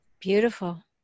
Beautiful